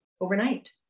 overnight